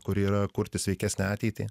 kuri yra kurti sveikesnę ateitį